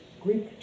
Greek